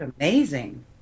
amazing